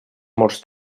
morts